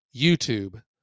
YouTube